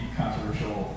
controversial